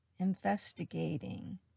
investigating